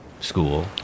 school